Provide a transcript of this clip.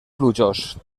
plujós